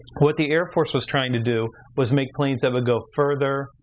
what the air force was trying to do was make planes that would go further,